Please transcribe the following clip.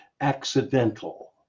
accidental